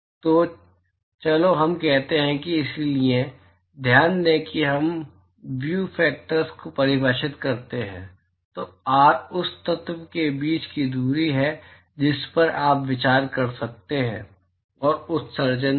तो चलो हम कहते हैं कि इसलिए ध्यान दें कि जब हम व्यू फैक्टर्स को परिभाषित करते हैं तो R उस तत्व के बीच की दूरी है जिस पर आप विचार कर रहे हैं और उत्सर्जक तत्व